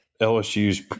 LSU's